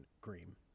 cream